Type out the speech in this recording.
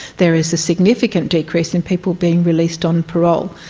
there is a significant decrease in people being released on parole.